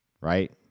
right